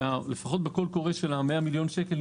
לפחות בקול קורא של 100 מיליון השקלים,